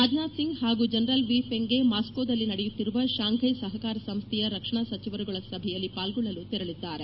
ರಾಜನಾಥ್ ಸಿಂಗ್ ಹಾಗೂ general Wei Fenghe ಮಾಸ್ಕೋದಲ್ಲಿ ನಡೆಯುತ್ತಿರುವ ಶಾಂಫೈ ಸಹಕಾರ ಸಂಸ್ದೆಯ ರಕ್ಷಣಾ ಸಚಿವರುಗಳ ಸಭೆಯಲ್ಲಿ ಪಾಲ್ಗೊಳ್ಳಲು ತೆರಳಿದ್ದಾರೆ